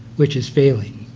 which is failing.